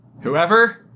whoever